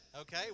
okay